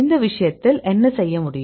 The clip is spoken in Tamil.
இந்த விஷயத்தில் என்ன செய்ய முடியும்